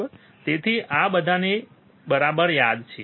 તેથી આ આપણે બધાને બરાબર યાદ છે